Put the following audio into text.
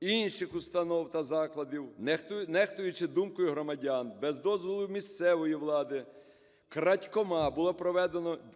інших установ та закладів, нехтуючи думкою громадян, без дозволу місцевої влади, крадькома, були